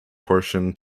portion